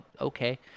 okay